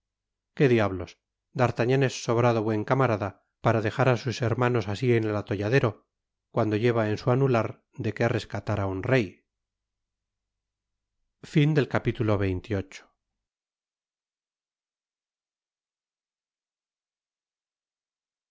qué diablos i d'artagnan es sobrado buen camarada para dejar á sus hermanos así en el atolladero cuando lleva en su anular de qué rescatar á un rey